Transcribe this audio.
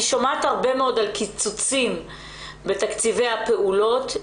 אני שומעת הרבה מאוד על קיצוצים בתקציבי הפעולות,